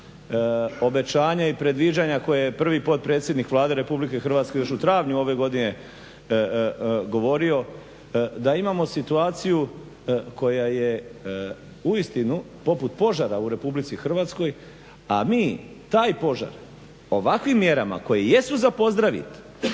obećanja i predviđanja koja je prvi potpredsjednik Vlade Republike Hrvatske još u travnju ove godine govorio, da imamo situaciju koja je uistinu poput požara u Republici Hrvatskoj, a mi taj požar ovakvim mjerama koje jesu za pozdravit,